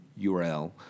URL